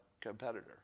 competitor